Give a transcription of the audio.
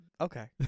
Okay